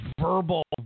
verbal